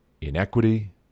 inequity